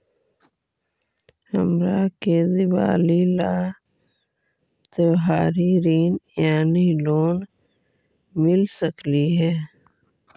हमरा के दिवाली ला त्योहारी ऋण यानी लोन मिल सकली हे?